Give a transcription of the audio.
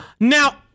Now